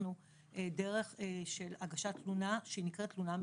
פיתחנו דרך של הגשת תלונה שנקראת תלונה מקוונת,